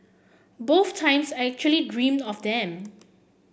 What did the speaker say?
both times I actually dreamed of them